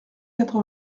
quatre